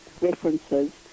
references